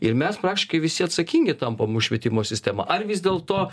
ir mes praktiškai visi atsakingi tampam už švietimo sistemą ar vis dėlto